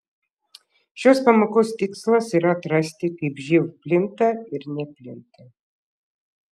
šios pamokos tikslas yra atrasti kaip živ plinta ir neplinta